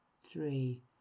three